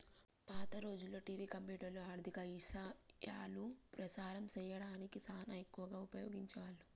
పాత రోజుల్లో టివి, కంప్యూటర్లు, ఆర్ధిక ఇశయాలు ప్రసారం సేయడానికి సానా ఎక్కువగా ఉపయోగించే వాళ్ళు